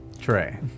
Trey